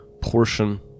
portion